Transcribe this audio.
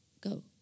go